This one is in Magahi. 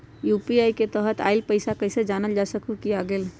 यू.पी.आई के तहत आइल पैसा कईसे जानल जा सकहु की आ गेल?